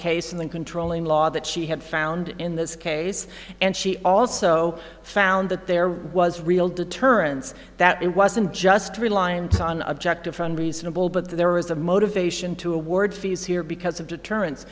case and controlling law that she had found in this case and she also found that there was real deterrence that it wasn't just reliant on objective from reasonable but there was a motivation to award fees here because of deterren